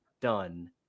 done